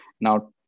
Now